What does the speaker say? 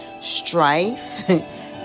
Strife